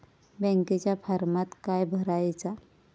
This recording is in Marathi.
बँकेच्या फारमात काय भरायचा?